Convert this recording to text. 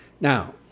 Now